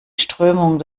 strömung